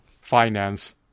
finance